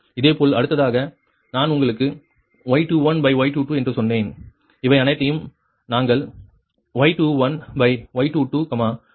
இதேபோல் அடுத்ததாக நான் உங்களுக்கு Y21Y22 என்று சொன்னேன் இவை அனைத்தையும் நாங்கள் Y21Y22 Y23Y22 என்று கணக்கிட வேண்டும்